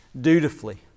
dutifully